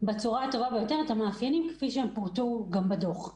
במה שתואר בדוח.